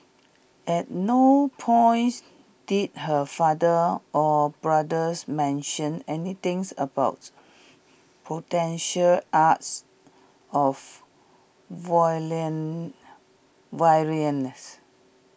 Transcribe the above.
at no point did her father or brothers mention anything about potential acts of violence